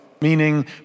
meaning